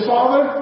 Father